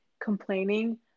complaining